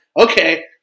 okay